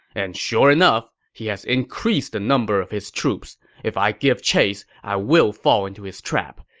and sure enough, he has increased the number of his troops. if i give chase, i will fall into his trap.